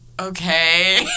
okay